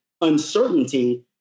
uncertainty